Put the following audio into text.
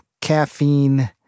caffeine